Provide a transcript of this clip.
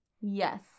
Yes